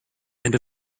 and